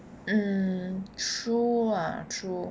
mm true lah true